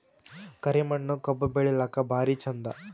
ಕರಿ ಮಣ್ಣು ಕಬ್ಬು ಬೆಳಿಲ್ಲಾಕ ಭಾರಿ ಚಂದ?